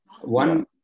one